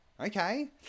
Okay